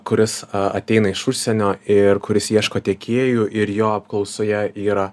kuris ateina iš užsienio ir kuris ieško tiekėjų ir jo apklausoje yra